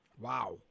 Wow